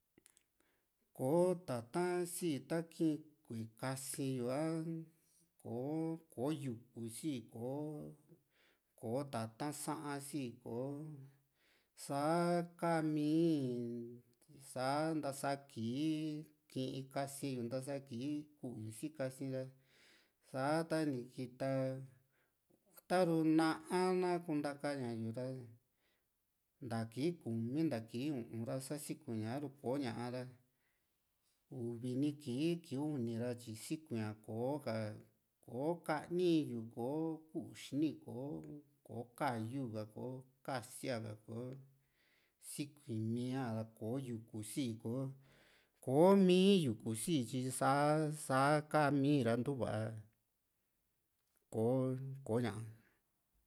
koo tata´n sii ta kii´n kasi yu a kò´o kò´o yuku si kò´o kò´o tata´n saan sii kò´o saa kaa´mi saa ntasa kii ki´n kasi´n yu ntasa kii ku´u yu si kasi´ra sa tani kita taru na´a na kuntaka ña yu´ra nta kii kumi ntaa kii u´un sa sikui´n ña a´ru koña ra uvi ni kii kii uni ra tyi sikui´n ña kò´o ka ko ka´ni in yu ko kuu xini ko ko ka´yu ka ko kasí´a ka ko sikui´mia ra kò´o yuku sii ko ko´mii yuku sii tyi sa sa kaa´mi ra ntuva kò´o ko´ña